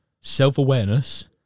self-awareness